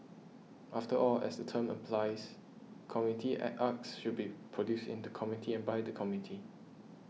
after all as the term implies community an arts should be produced in the community and by the community